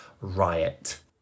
riot